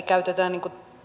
käytetä